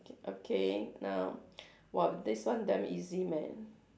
okay now !wah! this one damn easy man